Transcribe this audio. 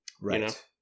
Right